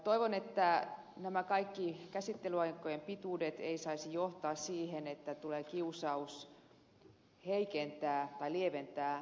toivon että nämä kaikki käsittelyaikojen pituudet eivät johtaisi siihen että tulee kiusaus heikentää tai lieventää rangaistuksia